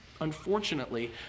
unfortunately